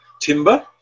timber